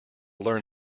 learn